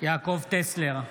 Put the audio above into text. יעקב טסלר,